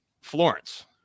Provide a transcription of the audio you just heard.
Florence